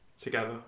together